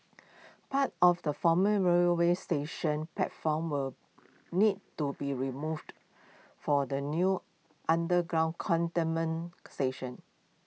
parts of the former railway station's platform will need to be removed for the new underground Cantonment station